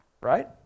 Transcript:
right